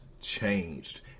changed